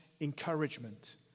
encouragement